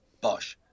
Bosch